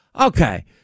Okay